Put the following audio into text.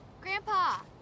Grandpa